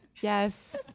Yes